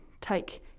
take